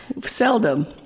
Seldom